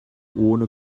ohne